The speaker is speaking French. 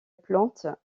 plante